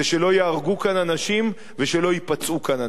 ייהרגו כאן אנשים ושלא ייפצעו כאן אנשים.